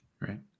Right